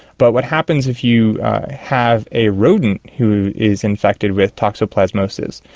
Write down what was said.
but what happens if you have a rodent who is infected with toxoplasmosis,